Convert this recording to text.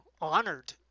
honored